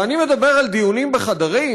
ואני מדבר על דיונים בחדרים,